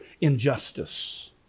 injustice